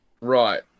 Right